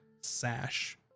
sash